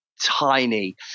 tiny